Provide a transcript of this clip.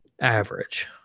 average